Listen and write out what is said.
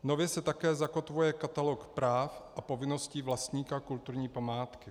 Nově se také zakotvuje katalog práv a povinností vlastníka kulturní památky.